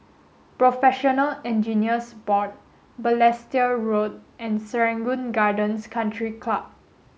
Professional Engineers Board Balestier Road and Serangoon Gardens Country Club